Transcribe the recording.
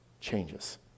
changes